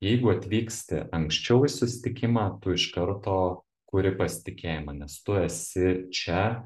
jeigu atvyksti anksčiau į susitikimą tu iš karto kuri pasitikėjimą nes tu esi čia